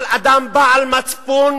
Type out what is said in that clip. כל אדם בעל מצפון